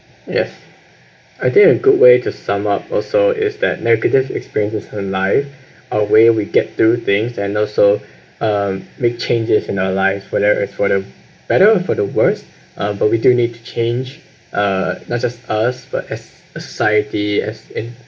yes I think a good way to sum up also is that negative experience with her life our way we get through things and also um make changes in our lives whether it's for the better or for the worse uh but we do need to change uh not just us but as a society as in